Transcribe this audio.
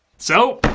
so,